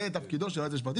זה תפקידו של היועץ המשפטי.